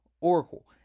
Oracle